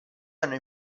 hanno